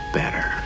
better